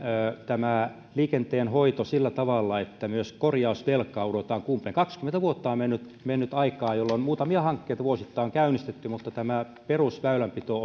liikenteen hoito sillä tavalla että myös korjausvelka kurotaan umpeen kaksikymmentä vuotta on mennyt mennyt aikaa jolloin muutamia hankkeita vuosittain on käynnistetty mutta perusväylänpito